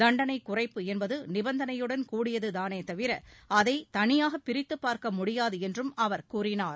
தண்டனை குறைப்பு என்பது நிபந்தனையுடன் கூடியதுதானே தவிர அதை தனியாக பிரித்துப் பார்க்க முடியாது என்றும் அவர் கூறினார்